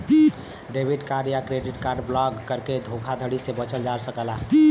debit card या credit card block करके धोखाधड़ी से बचल जा सकला